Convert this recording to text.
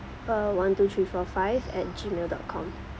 uh one two three four five at gmail dot com